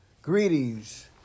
Greetings